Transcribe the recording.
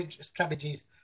strategies